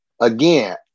again